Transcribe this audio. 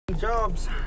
Jobs